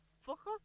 focus